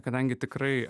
kadangi tikrai